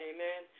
Amen